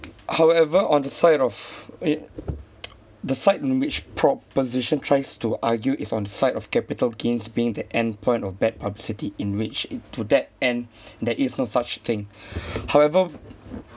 however on the side of it the side in which proposition tries to argue is on the side of capital gains being the end point of bad publicity in which it to that end there is no such thing however